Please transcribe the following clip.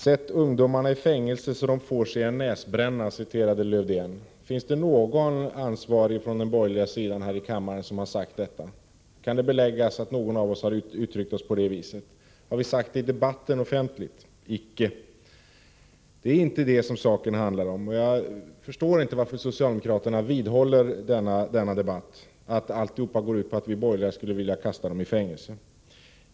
Sätt ungdomarna i fängelse så att de får sig en näsbränna, citerade Lars-Erik Lövdén. Finns det någon ansvarig från den borgerliga sidan här i kammaren som har sagt detta? Kan det beläggas att någon av oss har uttryckt sig på det viset? Har vi sagt det offentligt i debatten? Icke! Det handlar inte om detta. Jag förstår inte varför socialdemokraterna vidhåller att allt går ut på att vi borgerliga skulle vilja kasta dessa ungdomar i fängelse.